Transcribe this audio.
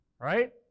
Right